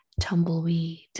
tumbleweed